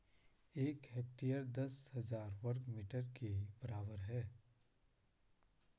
एक हेक्टेयर दस हजार वर्ग मीटर के बराबर है